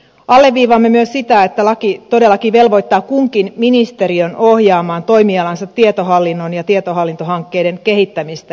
alleviivaamme myös sitä että laki todellakin velvoittaa kunkin ministeriön ohjaamaan toimialansa tietohallinnon ja tietohallintohankkeiden kehittämistä